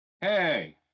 Hey